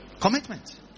commitment